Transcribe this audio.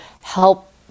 help